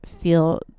feel